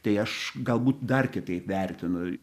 tai aš galbūt dar kitaip vertinu